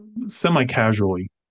semi-casually